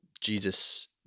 Jesus